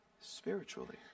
spiritually